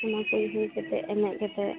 ᱚᱱᱟ ᱠᱚ ᱦᱩᱭ ᱠᱟᱛᱮ ᱮᱱᱮᱡ ᱠᱟᱛᱮ